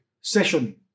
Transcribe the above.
session